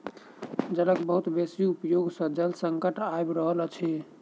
जलक बहुत बेसी उपयोग सॅ जल संकट आइब रहल अछि